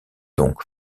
donc